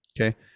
Okay